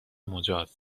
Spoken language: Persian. مجاز